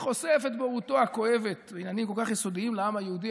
וחושף את בורותו הכואבת בעניינים כל כך יסודיים לעם היהודי.